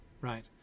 right